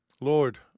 Lord